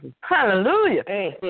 Hallelujah